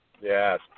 Yes